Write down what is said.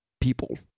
people